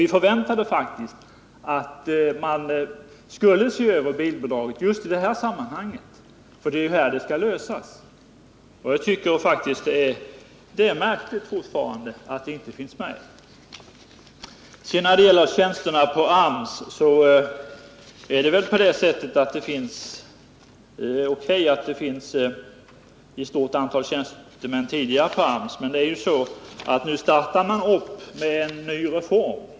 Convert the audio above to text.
Vi förväntade oss faktiskt att man skulle se över bilbidraget just i det här sammanhanget, för det är här det problemet skall lösas. Jag tycker fortfarande det är märkligt att det förslaget inte finns med. Det är klart att det fanns ett stort antal tjänstemän tidigare på AMS, men nu startar man en ny reform.